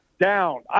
down